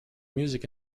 music